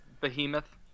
behemoth